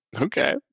okay